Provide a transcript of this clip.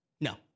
No